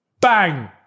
bang